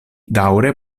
daŭre